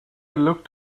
looked